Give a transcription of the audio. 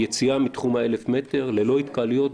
הפגנה על ידי יציאה מתחום ה-1,000 מטר ללא התקהלויות?